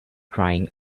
crying